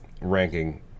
ranking